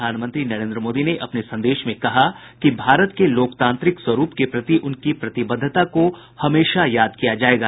प्रधानमंत्री नरेंद्र मोदी ने अपने संदेश में कहा कि भारत के लोकतांत्रिक स्वरूप के प्रति उनकी प्रतिबद्धता को हमेशा याद किया जाएगा